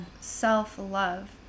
self-love